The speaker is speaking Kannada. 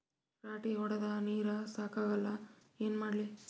ರಾಟಿ ಹೊಡದ ನೀರ ಸಾಕಾಗಲ್ಲ ಏನ ಮಾಡ್ಲಿ?